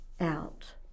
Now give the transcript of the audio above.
out